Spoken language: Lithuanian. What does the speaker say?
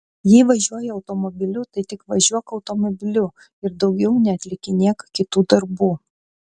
jei važiuoji automobiliu tai tik važiuok automobiliu ir daugiau neatlikinėk kitų darbų